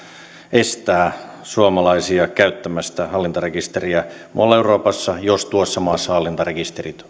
estää suomalaisia käyttämästä hallintarekisteriä muualla euroopassa jos tuossa maassa hallintarekisterit